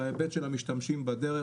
בהיבט של המשתמשים בדרך.